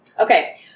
Okay